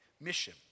mission